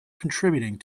contributing